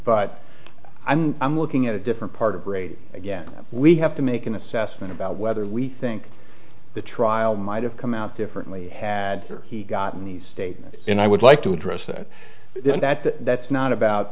but i'm i'm looking at a different part of brady again we have to make an assessment about whether we think the trial might have come out differently had he gotten the statement and i would like to address that and that that's not about